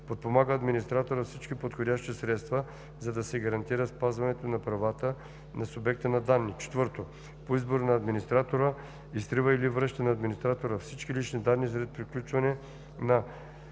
подпомага администратора с всички подходящи средства, за да се гарантира спазването на правата на субекта на данни; 4. по избор на администратора изтрива или връща на администратора всички лични данни след приключване на